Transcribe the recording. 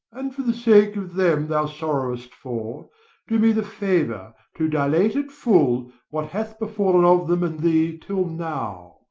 and, for the sake of them thou sorrowest for, do me the favour to dilate at full what have befall'n of them and thee till now.